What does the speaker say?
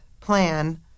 plan